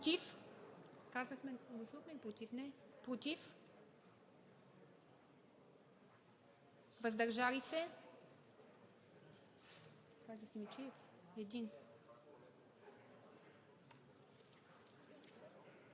против. Въздържали се: